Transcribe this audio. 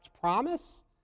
promise